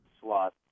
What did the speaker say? slot